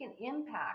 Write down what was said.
impact